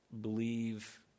believe